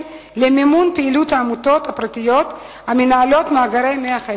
למימון פעילות העמותות הפרטיות המנהלות מאגרי מוח עצם.